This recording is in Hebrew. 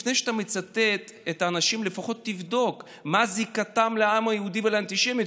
לפני שאתה מצטט את האנשים לפחות תבדוק מה זיקתם לעם היהודי ולאנטישמיות,